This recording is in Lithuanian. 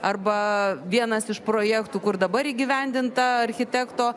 arba vienas iš projektų kur dabar įgyvendinta architekto